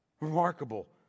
Remarkable